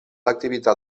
activitat